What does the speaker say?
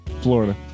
Florida